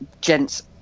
gents